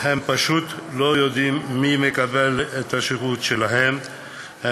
הן פשוט לא יודעות מי ממקבלי השירותים שלהם הוא